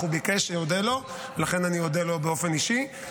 הוא ביקש שאודה לו, ולכן אני מודה לו באופן אישי.